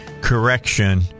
correction